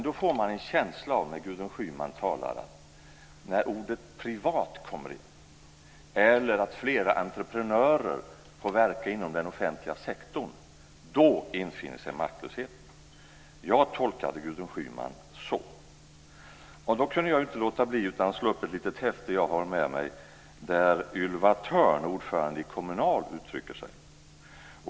Då får man, när Gudrun Schyman talar, en känsla av att när ordet "privat" kommer in, eller detta att flera entreprenörer får verka inom den offentliga sektorn, då infinner sig maktlösheten. Jag tolkade Gudrun Schyman så. Då kunde jag inte låta bli att slå upp ett litet häfte som jag har med mig där Ylva Thörn, ordföranden i Kommunal, uttrycker sig.